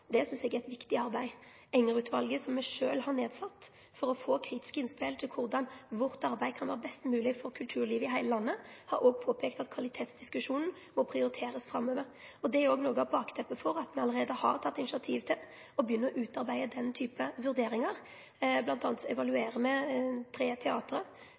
er eit viktig arbeid. Enger-utvalet, som eg sjølv har nedsett for å få kritiske innspel til korleis arbeidet vårt kan vere best mogleg for kulturlivet i heile landet, har også påpeikt at kvalitetsdiskusjonen må prioriterast framover. Det er også noko av bakteppet for at me allereie har teke initiativ til å begynne å utarbeide den typen vurderingar, bl.a. evaluerer me tre